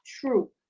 true